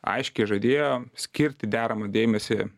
aiškiai žadėjo skirti deramą dėmesį